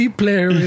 player